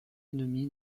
ennemi